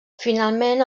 finalment